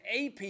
AP